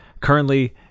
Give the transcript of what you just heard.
Currently